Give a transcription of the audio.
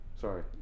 Sorry